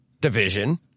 division